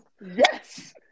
Yes